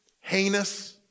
heinous